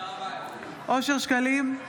אושר שקלים,